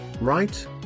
Right